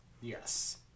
Yes